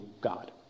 God